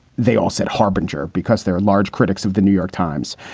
they all said harbinger because there are large critics of the new york times.